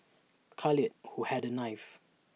Khalid who had A knife